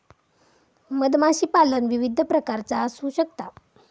मधमाशीपालन विविध प्रकारचा असू शकता